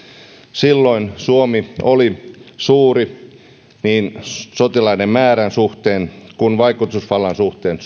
silloin suomi oli suuri rauhanturvaajavaltio niin sotilaiden määrän suhteen kuin vaikutusvallan suhteen